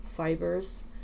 fibers